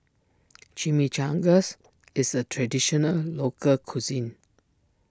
Chimichangas is a Traditional Local Cuisine